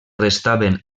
restaven